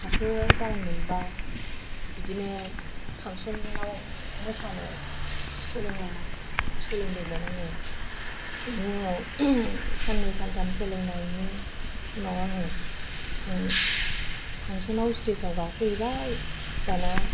थाखो दाइन मोनबा बिदिनो फांसनाव मोसानो सोलोंनो सोलोंदोंमोन आङो बेनि उनाव साननै सानथाम सोलोंनायनि उनाव आङो फांसनाव स्टेजाव गाखोहैबाय दाना